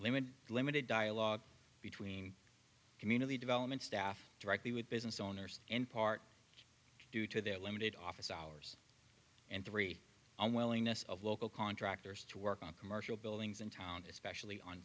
limit limited dialogue between community development staff directly with business owners in part due to their limited office hours and three on willingness of local contractors to work on commercial buildings in town especially on